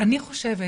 אני חושב,